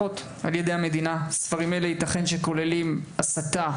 נלמדים ספרי הלימוד האלה שייתכן שכוללים חומרי הסתה,